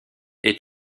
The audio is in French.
est